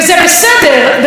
דרך אגב,